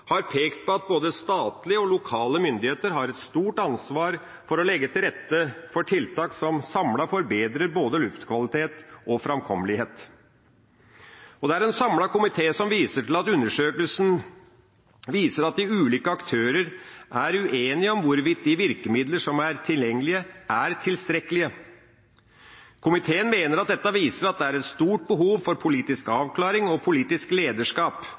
har pekt på at både statlige og lokale myndigheter har et stort ansvar for å legge til rette for tiltak som samlet forbedrer både luftkvalitet og framkommelighet. Det er en samlet komité som viser til at undersøkelsen viser at de ulike aktørene er uenige om hvorvidt de virkemidlene som er tilgjengelige, er tilstrekkelige. Komiteen mener at dette viser at det er et stort behov for politisk avklaring og politisk lederskap